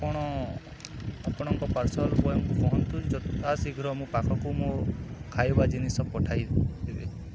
ଆପଣ ଆପଣଙ୍କ ପାର୍ସଲ ବୟଙ୍କୁ କହନ୍ତୁ ଯଥା ଶୀଘ୍ର ମୋ ପାଖକୁ ମୋ ଖାଇବା ଜିନିଷ ପଠାଇ ଦେବେ